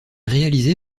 réalisé